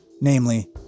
namely